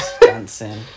dancing